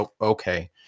okay